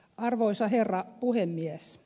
arvoisa herra puhemies